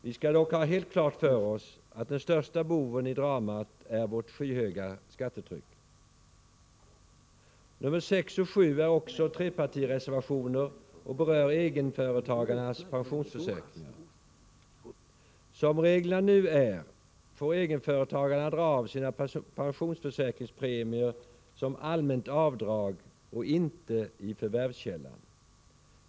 Vi skall dock ha helt klart för oss att den största boven i dramat är vårt skyhöga skattetryck. Reservationerna nr 6 och 7 är också trepartireservationer och berör egenföretagarnas pensionsförsäkringar. Som reglerna nu är får egenföretagarna dra av sina pensionsförsäkringspremier som allmänt avdrag och inte i förvärvskällan.